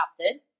adopted